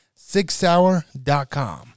SixHour.com